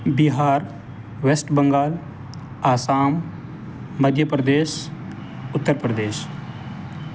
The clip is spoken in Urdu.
بہار ویسٹ بنگال آسام مدھیہ پردیش اتر پردیش